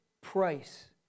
price